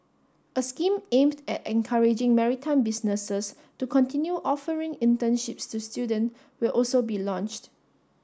a scheme aimed at encouraging maritime businesses to continue offering internships to student will also be launched